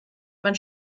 man